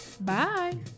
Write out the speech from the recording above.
Bye